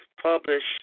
published